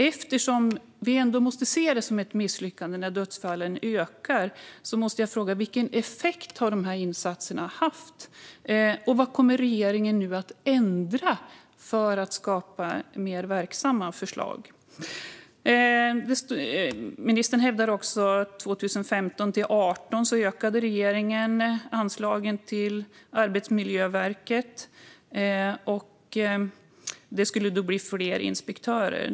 Eftersom vi ändå måste se det som ett misslyckande när dödsfallen ökar måste jag fråga vilken effekt dessa insatser har haft. Och vad kommer regeringen nu att ändra för att skapa mer verksamma förslag? Ministern hävdar att regeringen under perioden 2015-2018 ökade anslagen till Arbetsmiljöverket. Det skulle då bli fler inspektörer.